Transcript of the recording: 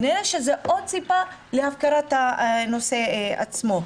כנראה שזו עוד סיבה להפקרת הנושא עצמו.